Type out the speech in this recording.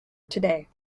today